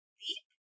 leap